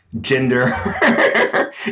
gender